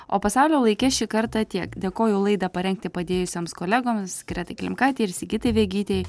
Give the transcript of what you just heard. o pasaulio laike šį kartą tiek dėkoju laidą parengti padėjusiems kolegoms gretai klimkaitei ir sigitai vegytei